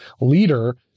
leader